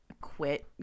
quit